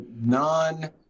non